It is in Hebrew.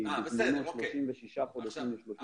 בזמנו מ-36 חודשים ל 32